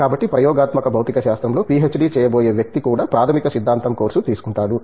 కాబట్టి ప్రయోగాత్మక భౌతిక శాస్త్రంలో పీహెచ్డీ చేయబోయే వ్యక్తి కూడా ప్రాథమిక సిద్ధాంతం కోర్సు తీసుకుంటాడు